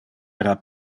era